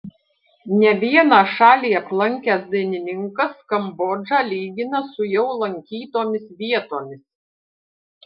ne vieną šalį aplankęs dainininkas kambodžą lygina su jau lankytomis vietomis